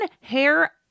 hair